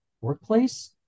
workplace